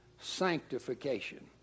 sanctification